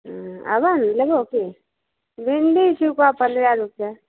हूँ आबऽ ने लेबहो की भिंडी छिकऽ पन्द्रह रुपैये